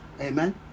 Amen